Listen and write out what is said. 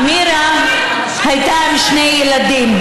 אמירה הייתה עם שני ילדים.